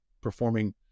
performing